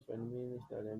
feministaren